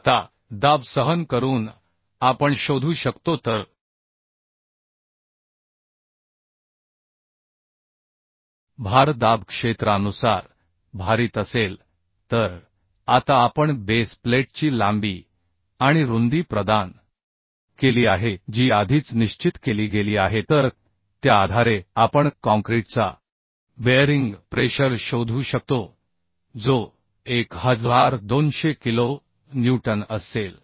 आता दबाव सहन करून आपण शोधू शकतो तर भार दाब क्षेत्रानुसार भारित असेल तर आता आपण बेस प्लेटची लांबी आणि रुंदी प्रदान केली आहे जी आधीच निश्चित केली गेली आहे तर त्या आधारे आपण काँक्रीटचा बेअरिंग प्रेशर शोधू शकतो जो 1200 किलो न्यूटन असेल